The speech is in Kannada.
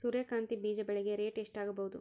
ಸೂರ್ಯ ಕಾಂತಿ ಬೀಜ ಬೆಳಿಗೆ ರೇಟ್ ಎಷ್ಟ ಆಗಬಹುದು?